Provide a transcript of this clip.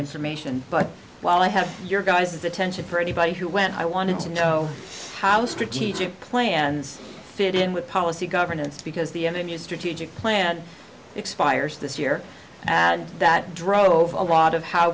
information but while i have your guys attention for anybody who when i wanted to know how strategic plans fit in with policy governance because the m m u strategic plan expires this year and that drove a lot of how